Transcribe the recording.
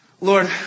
Lord